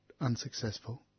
unsuccessful